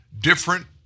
different